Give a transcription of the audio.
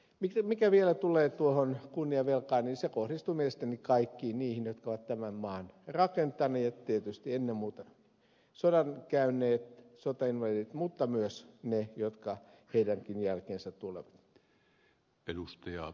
mitä vielä tulee tuohon kunniavelkaan niin se kohdistuu mielestäni kaikkiin niihin jotka ovat tämän maan rakentaneet tietysti ennen muuta sodan käyneisiin sotainvalideihin mutta myös niihin jotka heidän jälkeensä tulevat